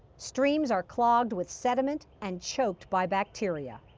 streams are clogged with sediment and choked by bacteria.